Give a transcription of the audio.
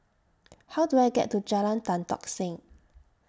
How Do I get to Jalan Tan Tock Seng